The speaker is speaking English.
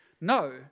No